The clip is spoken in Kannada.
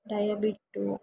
ದಯವಿಟ್ಟು